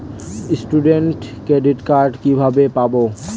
Student credit card কিভাবে পাব?